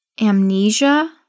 Amnesia